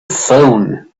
phone